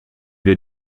wir